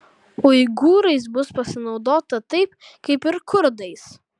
uigūrais bus pasinaudota taip kaip ir kurdais